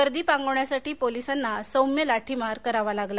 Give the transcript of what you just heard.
गर्दी पांगवण्यासाठी पोलिसांना सौम्य लाठी मार करावा लागला